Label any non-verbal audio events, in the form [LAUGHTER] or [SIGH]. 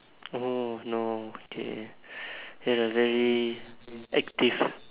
oh no okay [BREATH] you had a very active